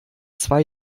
zwei